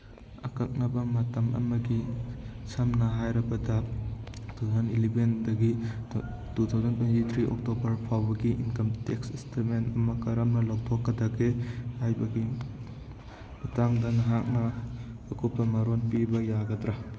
ꯑꯀꯛꯅꯕ ꯃꯇꯝ ꯑꯃꯒꯤ ꯁꯝꯅ ꯍꯥꯏꯔꯕꯗ ꯇꯨ ꯊꯥꯎꯖꯟ ꯏꯂꯤꯚꯦꯟꯗꯒꯤ two thousand twenty three October ꯐꯥꯎꯕꯒꯤ ꯏꯟꯀꯝ ꯇꯦꯛꯁ ꯏꯁꯇꯦꯠꯃꯦꯟ ꯑꯃ ꯀꯔꯝꯅ ꯂꯧꯊꯣꯛꯀꯗꯒꯦ ꯍꯥꯏꯕꯒꯤ ꯃꯇꯥꯡꯗ ꯅꯍꯥꯛꯅ ꯑꯀꯨꯞꯄ ꯃꯔꯣꯜ ꯄꯤꯕ ꯌꯥꯒꯗ꯭ꯔ